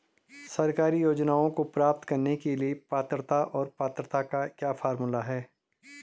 सरकारी योजनाओं को प्राप्त करने के लिए पात्रता और पात्रता का क्या फार्मूला है?